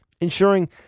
ensuring